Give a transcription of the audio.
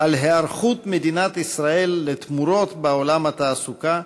על היערכות מדינת ישראל לתמורות בעולם התעסוקה,